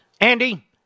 Andy